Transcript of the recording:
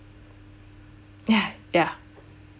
ya ya